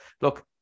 Look